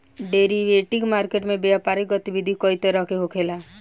derivative market में व्यापारिक गतिविधि कई तरह से होखेला